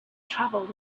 travelled